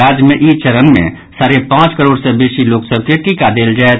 राज्य मे ई चरण मे साढ़े पांच करोड़ सँ बेसी लोक सभ के टीका देल जायत